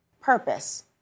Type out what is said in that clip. purpose